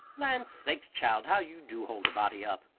lan' sakes, child, how you do hold a body up!